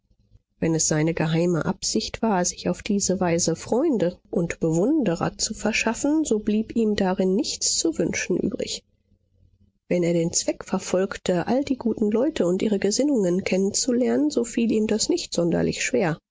wenn es seine geheime absicht war sich auf diese weise freunde und bewunderer zu verschaffen so blieb ihm darin nichts zu wünschen übrig wenn er den zweck verfolgte all die guten leute und ihre gesinnungen kennen zu lernen so fiel ihm das nicht sonderlich schwer